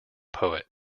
poet